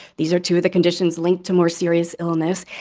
these are two of the conditions linked to more serious illness.